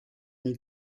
n’y